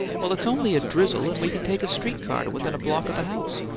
well, it's only a drizzle and we can take a streetcar to within a block of the house.